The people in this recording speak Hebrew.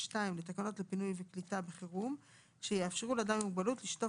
לצדו שטח פנוי שמאפשר לאדם עם מוגבלות המתנייד בכיסא